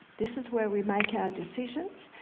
this is where we make our decisions,